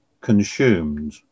consumed